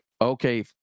okay